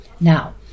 Now